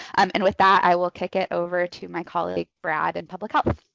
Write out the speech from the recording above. um and with that, i will kick it over to my colleague brad in public health.